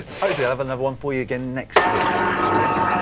hopefully, i'll have another one for you again next week. fingers crossed.